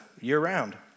year-round